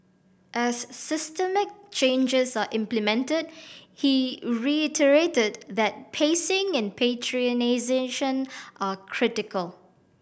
as systemic changes are implemented he reiterated that pacing and prioritisation are critical